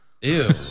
Ew